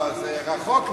לא, זה רחוק מאוד.